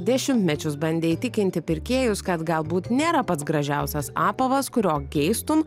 dešimtmečius bandė įtikinti pirkėjus kad galbūt nėra pats gražiausias apavas kurio geistum